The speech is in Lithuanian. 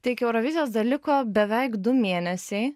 tai iki eurovizijos dar liko beveik du mėnesiai